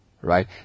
right